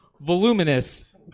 voluminous